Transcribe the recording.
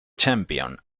champion